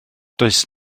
does